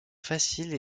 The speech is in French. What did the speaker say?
facile